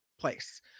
place